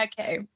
okay